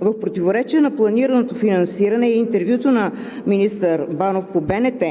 в противоречие на планираното финансиране и интервюто на министър Банов по БНТ,